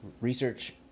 research